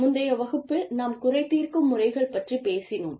முந்தைய வகுப்பில் நாம் குறை தீர்க்கும் முறைகள் பற்றிப் பேசினோம்